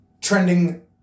Trending